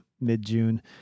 mid-June